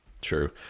True